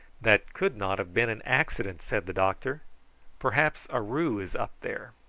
that could not have been an accident, said the doctor perhaps aroo is up there.